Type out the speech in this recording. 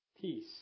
Peace